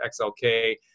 XLK